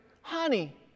honey